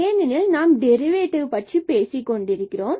ஏனெனில் நாம் டெரிவேடிவ் பற்றி பேசிக்கொண்டிருக்கிறோம்